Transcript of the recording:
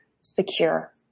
secure